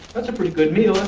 that's a pretty good meal,